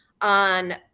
on